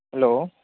hello